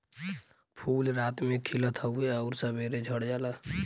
फूल रात में खिलत हउवे आउर सबेरे झड़ जाला